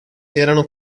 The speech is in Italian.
erano